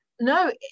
no